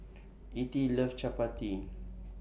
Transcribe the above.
Ettie loves Chapati